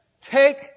Take